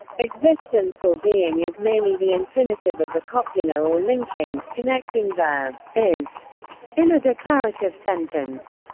existence or being is merely the infinitive of the copula or linking, connecting verb is in a declarative sentence.